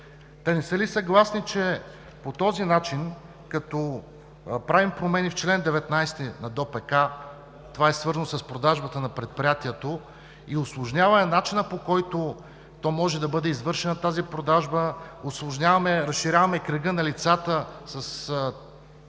не са ли съгласни, че по този начин – като правим промени в чл. 19 на ДОПК, свързан с продажбата на предприятието, и като усложняваме начина, по който може да бъде извършена продажбата, усложняваме и разширяваме кръга на лицата с вкарване